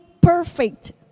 perfect